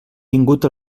vingut